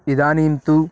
इदानीं तु